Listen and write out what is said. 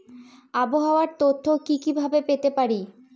আবহাওয়ার তথ্য কি কি ভাবে পেতে পারি?